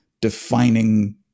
defining